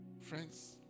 Friends